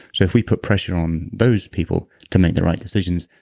so if we put pressure on those people to make the right decisions,